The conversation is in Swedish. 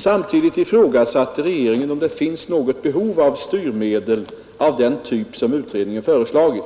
Samtidigt ifrågasatte regeringen om det finns något behov av styrmedel av den typ som utredningen föreslagit.